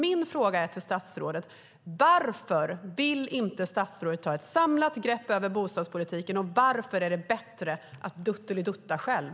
Min fråga till statsrådet är: Varför vill inte statsrådet ta ett samlat grepp över bostadspolitiken, och varför är det bättre att "duttelidutta" själv?